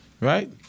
Right